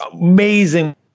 amazing